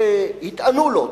שהתאנו לו,